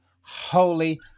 holy